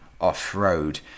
off-road